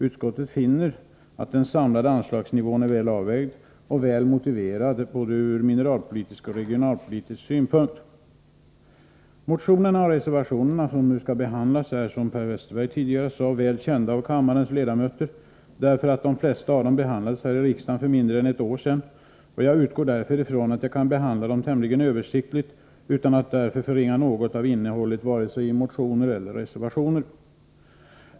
Utskottet finner att den samlade anslagsnivån är väl avvägd och väl motiverad ur både mineralpolitisk och regionalpolitisk synpunkt. De motioner och reservationer som nu skall behandlas är, som Per Westerberg tidigare sade, väl kända av kammarens ledamöter därför att de flesta av dem behandlades av riksdagen för mindre än ett år sedan. Jag utgår därför från att jag kan behandla dem tämligen översiktligt utan att för den skull förringa något av innehållet i vare sig motioner eller reservationer.